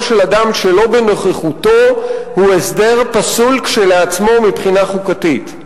של אדם שלא בנוכחותו הוא הסדר פסול כשלעצמו מבחינה חוקתית.